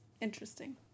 Interesting